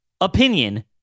opinion